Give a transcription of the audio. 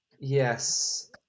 Yes